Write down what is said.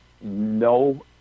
no